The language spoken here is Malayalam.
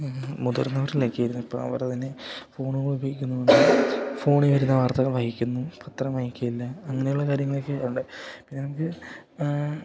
മുതിർന്നവരിലൊക്കെയായിയിരുന്നു ഇപ്പം അവർ തന്നെ ഫോണുകൾ ഉപയോഗിക്കുന്നുണ്ട് ഫോണിൽ വരുന്ന വാർത്തകൾ വായിക്കുന്നു പത്രം വായിക്കില്ല അങ്ങനെയുള്ള കാര്യങ്ങളൊക്കെ ഉണ്ട് പിന്നെ നമുക്ക്